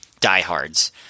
diehards